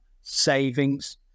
savings